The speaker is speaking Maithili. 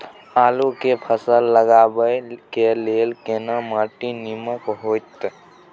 आलू के फसल लगाबय के लेल केना माटी नीमन होयत?